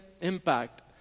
impact